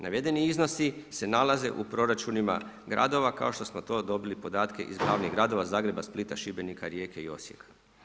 Navedeni iznosi se nalaze u proračunima gradova, kao što smo to dobili podatke iz glavnih gradova, Zagreba, Splita, Šibenika Rijeke i Osijeka.